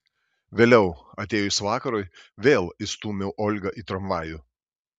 vėliau atėjus vakarui vėl įstūmiau olgą į tramvajų